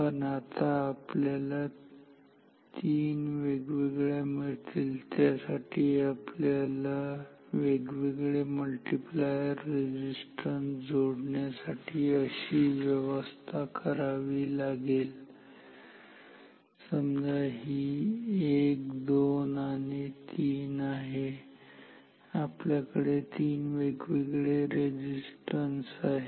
पण आता आपल्याला तीन वेगवेगळ्या मिळतील त्यासाठी आपल्याला वेगवेगळे मल्टिप्लायर रेझिस्टन्स जोडण्यासाठी अशी व्यवस्था करावी लागेल समजा ही 1 2 आणि 3 आहे कारण आपल्याकडे 3 वेगवेगळे रेझिस्टन्स आहेत